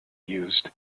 used